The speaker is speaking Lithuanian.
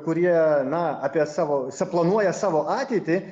kurie na apie savo saplanuoja savo ateitį